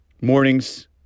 Mornings